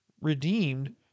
redeemed